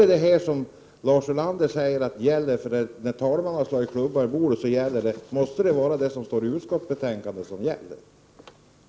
Är det som Lars Ulander säger att det beslut gäller som följs av att talmannen slår klubban i bordet eller är det skrivningen i utskottsbetänkandet som gäller?